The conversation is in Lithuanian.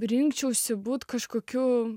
rinkčiausi būti kažkokiu